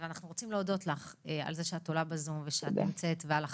ואנחנו רוצים להודות לך על זה שאת עולה בזום ושאת נמצאת ועל החשיפה,